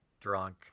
Drunk